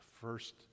first